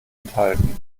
enthalten